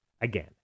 again